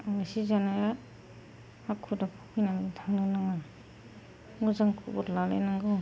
एसेजोंनो हाखु दाखु फैनानै थांनो नाङा मोजां खबर लालायनांगौ